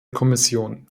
kommission